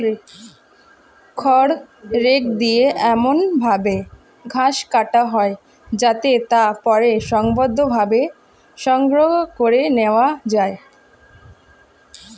খড় রেক দিয়ে এমন ভাবে ঘাস কাটা হয় যাতে তা পরে সংঘবদ্ধভাবে সংগ্রহ করে নেওয়া যায়